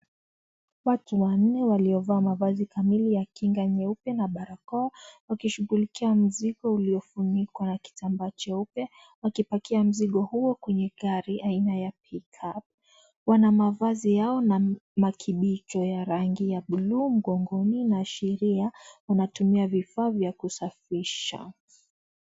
Watu wanne waliovaa mavazi kamili ya Kinga nyeupe na barakoa wakishugulika mzigo uliofunikwa na kitambaa jeupe wakipakia mzigo huu kwenye gari aina ya Pickup. Wana mavazi yao na makibicho ya rangi ya blue mkgongoni inaashiria wanatumia vifaa vya kusafisha.